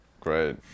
great